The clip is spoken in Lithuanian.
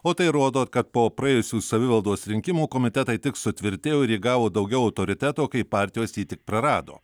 o tai rodo kad po praėjusių savivaldos rinkimų komitetai tik sutvirtėjo ir įgavo daugiau autoriteto kaip partijos jį tik prarado